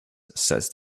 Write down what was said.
said